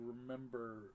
remember